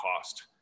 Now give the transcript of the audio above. cost